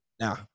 Now